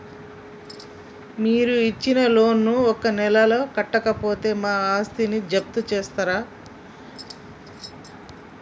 మీరు ఇచ్చిన లోన్ ను ఒక నెల కట్టకపోతే మా ఆస్తిని జప్తు చేస్తరా?